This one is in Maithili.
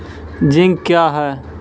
जिंक क्या हैं?